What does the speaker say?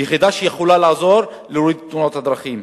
כיחידה שיכולה לעזור להוריד את תאונות הדרכים.